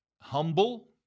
humble